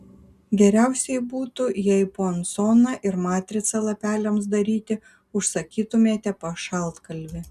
geriausiai būtų jei puansoną ir matricą lapeliams daryti užsakytumėte pas šaltkalvį